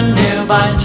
nearby